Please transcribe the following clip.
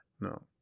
No